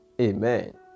Amen